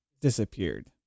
disappeared